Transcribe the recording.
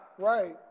Right